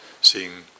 seeing